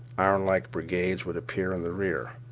ironlike brigades would appear in the rear.